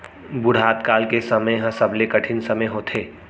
बुढ़त काल के समे ह सबले कठिन समे होथे